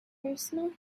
personal